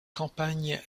campagne